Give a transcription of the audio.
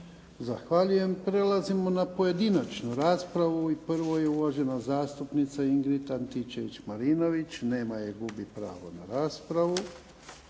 Zahvaljujem. Prelazimo na pojedinačnu raspravu i prvo je uvažena zastupnica Ingrid Antičević-Marinović. Nema je. Gubi pravo na raspravu.